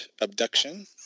Abduction